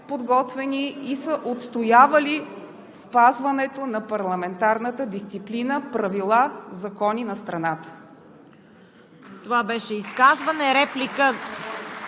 и са отстоявали спазването на парламентарната дисциплина, правила и закони на страната.